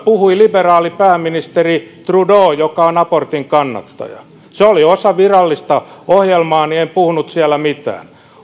puhui liberaali pääministeri trudeau joka on abortin kannattaja se oli osa virallista ohjelmaani en puhunut siellä mitään